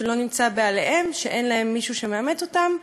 שלא נמצאו בעליהם ושאין להם מישהו שיאמץ אותם.